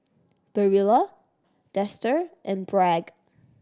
Barilla Dester and Bragg